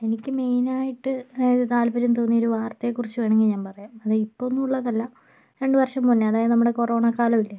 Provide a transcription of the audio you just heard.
എനിക്ക് മെയിനായിട്ട് താത്പര്യം തോന്നിയ ഒരു വാർത്തയെക്കുറിച്ച് വേണമെങ്കിൽ ഞാൻ പറയാം അത് ഇപ്പോഴൊന്നുമുള്ളതല്ല രണ്ട് വർഷം മുൻപേ ആണ് അതായത് നമ്മളുടെ കൊറോണ കാലമില്ലേ